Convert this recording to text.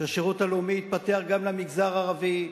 שהשירות הלאומי יתפתח גם למגזר הערבי,